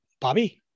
Bobby